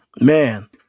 Man